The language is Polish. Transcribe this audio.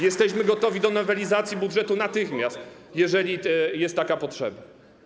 Jesteśmy gotowi do nowelizacji budżetu natychmiast, jeżeli jest taka potrzeba.